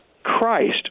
Christ